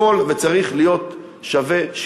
יכול וצריך להיות שווה,